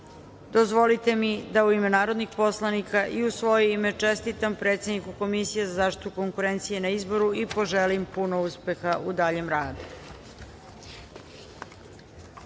142.Dozvolite mi da, u ime narodnih poslanika i u svoje ime, čestitam predsedniku Komisije za zaštitu konkurencije na izboru i poželim puno uspeha u daljem radu. Tačka